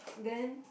then